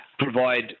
provide